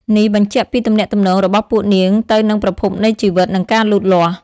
នេះបញ្ជាក់ពីទំនាក់ទំនងរបស់ពួកនាងទៅនឹងប្រភពនៃជីវិត និងការលូតលាស់។